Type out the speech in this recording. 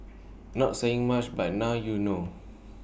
not saying much but now you know